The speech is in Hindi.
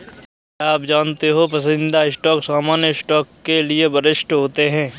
क्या आप जानते हो पसंदीदा स्टॉक सामान्य स्टॉक के लिए वरिष्ठ होते हैं?